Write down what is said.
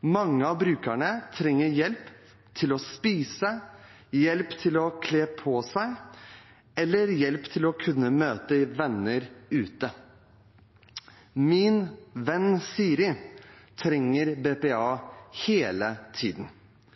Mange av brukerne trenger hjelp til å spise, hjelp til å kle på seg og hjelp til å kunne møte venner ute. Min venn Siri trenger